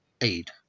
aid